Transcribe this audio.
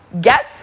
Guess